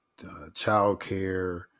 childcare